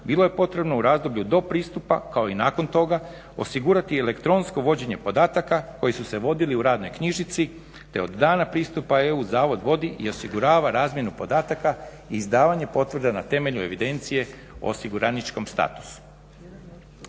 bilo je potrebno u razdoblju do pristupa, kao i nakon toga osigurati elektronsko vođenje podataka koji su se vodili u radnoj knjižici, te od dana pristupa EU zavod vodi i osigurava razmjenu podataka i izdavanje potvrde na temelju evidencije o osiguraničkom statusu.